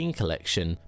collection